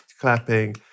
clapping